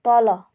तल